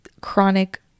chronic